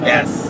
Yes